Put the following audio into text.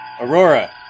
Aurora